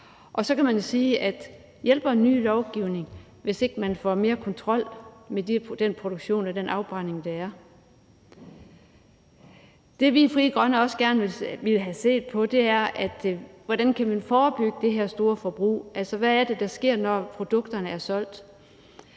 Og så kan man jo spørge, om en ny lovgivning hjælper, hvis ikke man får mere kontrol med den produktion og den afbrænding, der foregår. Det, vi i Frie Grønne også gerne vil have set på, er, hvordan man kan forebygge det her store forbrug, altså hvad der sker, når produkterne er solgt.